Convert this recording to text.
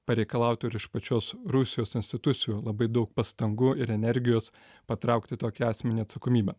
pareikalautų ir iš pačios rusijos institucijų labai daug pastangų ir energijos patraukti tokį asmenį atsakomybę